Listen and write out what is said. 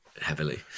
heavily